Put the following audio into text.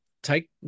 Take